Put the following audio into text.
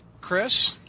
Chris